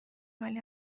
ولی